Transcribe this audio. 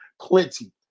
Plenty